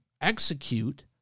execute